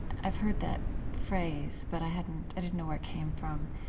i've heard that phrase, but i hadn't i didn't know where it came from.